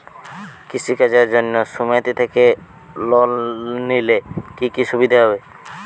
কৃষি কাজের জন্য সুমেতি থেকে লোন নিলে কি কি সুবিধা হবে?